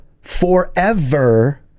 forever